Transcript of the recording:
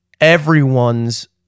everyone's